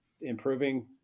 improving